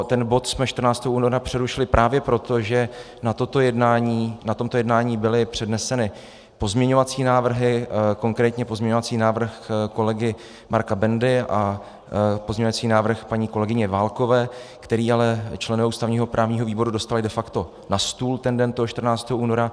Ten bod jsme 14. února přerušili právě proto, že na tomto jednání byly předneseny pozměňovací návrhy, konkrétně pozměňovací návrh kolegy Marka Bendy a pozměňovací návrh paní kolegyně Válkové, který ale členové ústavněprávního výboru dostali de facto na stůl ten den, toho 14. února.